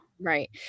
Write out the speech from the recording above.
Right